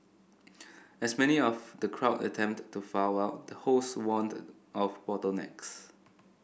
as many of the crowd attempted to file out the hosts warned of bottlenecks